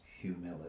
humility